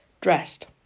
Dressed